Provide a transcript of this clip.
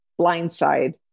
Blindside